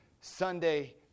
Sunday